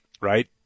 right